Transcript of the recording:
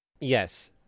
Yes